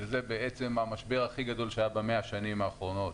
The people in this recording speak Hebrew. שזה בעצם המשבר הכי גדול שהיה ב-100 השנים האחרונות,